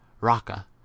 Raka